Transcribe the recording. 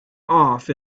off